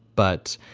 but,